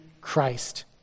Christ